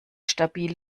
stabil